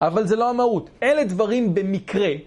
אבל זה לא המהות, אלה דברים במקרה.